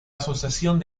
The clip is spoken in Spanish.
asociación